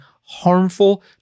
harmful